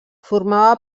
formava